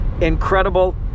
incredible